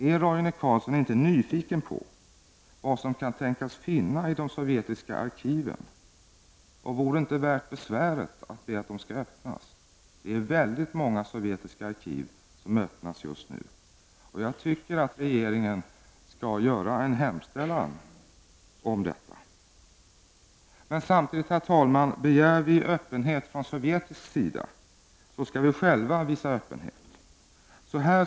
Är Roine Carlsson inte nyfiken på vad som kan tänkas finnas i de sovjetiska arkiven och vore det inte värt besväret att be att de skall öppnas? Det är många sovjetiska arkiv som öppnas nu. Jag tycker att regeringen skall göra en hemställan om detta. Herr talman! Begär vi öppenhet från sovjetisk sida, skall vi samtidigt själva visa öppenhet.